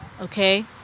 Okay